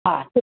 हा